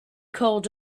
called